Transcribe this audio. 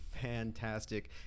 fantastic